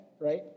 right